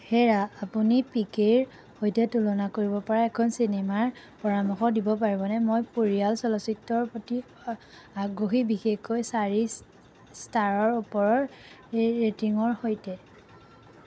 হেৰা আপুনি পি কেৰ সৈতে তুলনা কৰিবপৰা এখন চিনেমাৰ পৰামৰ্শ দিব পাৰিবনে মই পৰিয়াল চলচ্চিত্ৰৰ প্ৰতি আগ্ৰহী বিশেষকৈ চাৰি ষ্টাৰৰ ওপৰৰ ৰেটিংৰ সৈতে